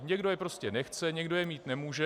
Někdo je prostě nechce, někdo je mít nemůže.